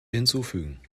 hinzufügen